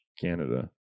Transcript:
Canada